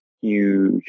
huge